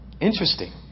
Interesting